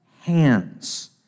hands